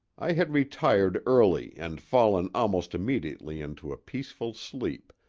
i had retired early and fallen almost immediately into a peaceful sleep,